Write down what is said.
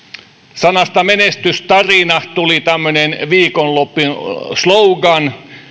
sanasta menestystarina tuli tämmöinen viikonlopun slogan